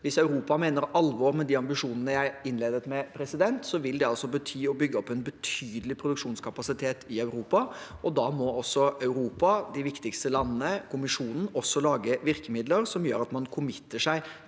Hvis Europa mener alvor med de ambisjonene jeg innledet med, vil det bety å bygge opp en betydelig produksjonskapasitet i Europa, og da må også Europa, de viktigste landene, Kommisjonen, også lage virkemidler som gjør at man forplikter seg